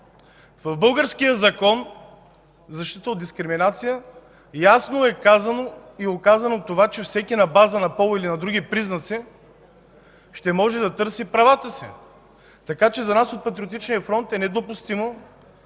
В българския Закон за защита от дискриминация ясно е казано, че всеки на база на пол или на други признаци ще може да търси правата си. Така че за нас от Патриотичния фронт е недопустима